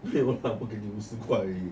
不要啦我给你五十块而已:bu yao lah wo gei ni wu shi kuai er yi